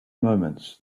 moments